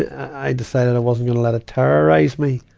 i decided i wasn't gonna let it terrorize me.